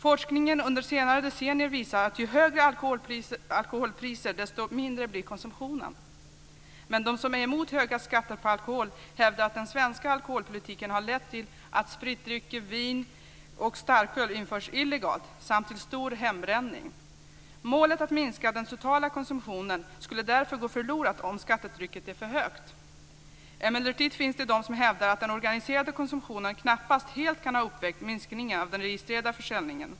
Forskningen under senare decennier visar att ju högre alkoholpriserna är, desto mindre blir konsumtionen. Men de som är emot höga skatter på alkohol hävdar att den svenska alkoholpolitiken har lett till att spritdrycker, vin och starköl införs illegalt samt till stor hembränning. Målet att minska den totala konsumtionen skulle därför gå förlorat om skattetrycket är för högt. Emellertid finns det de som hävdar att den oregistrerade konsumtionen knappast helt kan ha uppvägt minskningen av den registrerade försäljningen.